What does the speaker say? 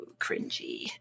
cringy